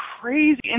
crazy